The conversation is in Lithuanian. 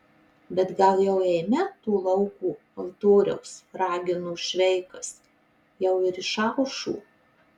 bet gal jau eime to lauko altoriaus ragino šveikas jau ir išaušo